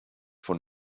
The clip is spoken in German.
von